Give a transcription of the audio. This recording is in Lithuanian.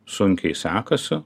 sunkiai sekasi